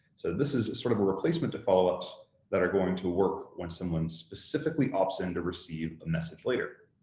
so this is a sort of a replacement to follow-ups that are going to work when someone specifically opts in to receive a message later.